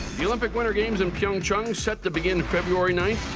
the olympic winter games in pyeongchang set to begin february nine.